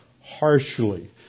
harshly